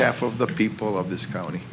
half of the people of this county